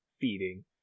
feeding